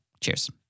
Cheers